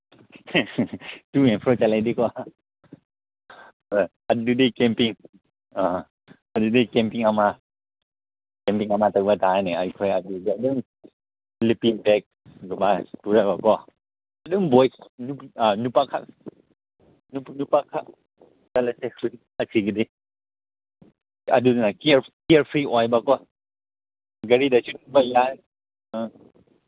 ꯆꯠꯂꯗꯤꯀꯣ ꯍꯣꯏ ꯑꯗꯨꯗꯤ ꯀꯦꯝꯄꯤꯡ ꯑ ꯑꯗꯨꯗꯤ ꯀꯦꯝꯄꯤꯡ ꯑꯃ ꯀꯦꯝꯄꯤꯡ ꯑꯃ ꯇꯧꯕ ꯇꯥꯔꯦꯅꯦ ꯑꯩꯈꯣꯏ ꯑꯗꯨꯗ ꯑꯗꯨꯝ ꯁ꯭ꯂꯤꯄꯤꯡ ꯕꯦꯛ ꯑꯗꯨꯃꯥꯏꯅ ꯄꯨꯔꯒꯀꯣ ꯑꯗꯨꯝ ꯕꯣꯏꯁ ꯅꯨꯄꯥꯈꯛ ꯅꯨꯄꯥꯈꯛ ꯆꯠꯂꯁꯦ ꯉꯁꯤꯒꯤꯗꯤ ꯑꯗꯨꯅ ꯀꯤꯌꯔ ꯐ꯭ꯔꯤ ꯑꯣꯏꯕꯀꯣ ꯒꯥꯔꯤꯗ ꯆꯠꯄ ꯌꯥꯏ ꯑ